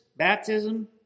baptism